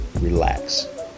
relax